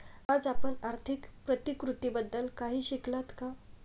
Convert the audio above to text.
आज आपण आर्थिक प्रतिकृतीबद्दल काही शिकलात का?